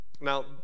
Now